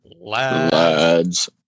Lads